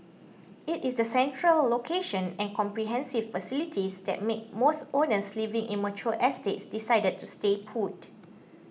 it is the central location and comprehensive facilities that make most owners living in mature estates decide to stay put